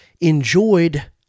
enjoyed